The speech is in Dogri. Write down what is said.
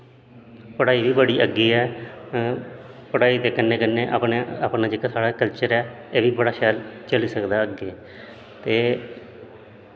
पढ़ाई बी बड़ी अग्गैं ऐ पढ़ाई दे कन्नै कन्नै अपना जेह्ड़ा साढ़ा कलचर ऐ एह् बी बड़ा शैल चली सकदा अग्गैं ते